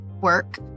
work